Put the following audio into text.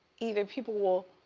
either people will